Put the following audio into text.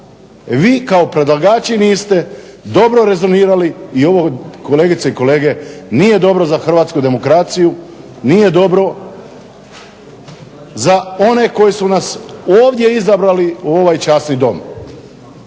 vi kao predlagači niste dobro rezonirali i ovo kolegice i kolege nije dobro za Hrvatsku demokraciju, nije dobro za one koji su nas ovdje izabrali u ovaj časni dom.